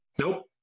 Nope